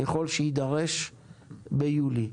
ככל שיידרש ביולי.